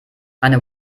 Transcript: eine